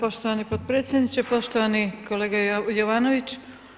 Poštovani potpredsjedniče, poštovani kolega Jovanović.